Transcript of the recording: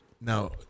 Now